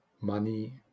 money